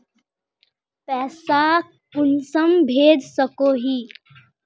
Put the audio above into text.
पैसा कुंसम भेज सकोही?